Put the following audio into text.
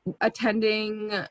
attending